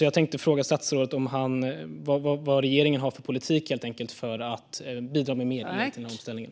Jag vill fråga statsrådet vad regeringen har för politik för att bidra med mer el till omställningen.